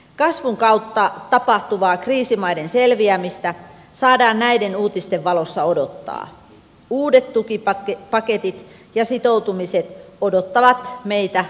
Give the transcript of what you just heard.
kasvun kautta tapahtuvaa kriisimaiden selviämistä saadaan näiden uutisten valossa odottaa uudet tukivat paketit ja sitoutumiset odottavat meitä